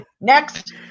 Next